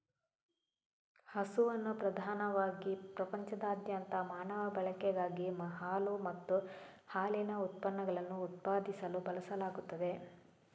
ಹಸುವನ್ನು ಪ್ರಧಾನವಾಗಿ ಪ್ರಪಂಚದಾದ್ಯಂತ ಮಾನವ ಬಳಕೆಗಾಗಿ ಹಾಲು ಮತ್ತು ಹಾಲಿನ ಉತ್ಪನ್ನಗಳನ್ನು ಉತ್ಪಾದಿಸಲು ಬಳಸಲಾಗುತ್ತದೆ